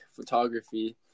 photography